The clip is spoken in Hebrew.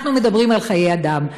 אנחנו מדברים על חיי אדם,